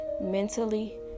mentally